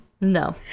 No